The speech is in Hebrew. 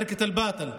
ברכת אל-בטל.